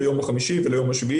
ליום ה-5 וליום ה-7.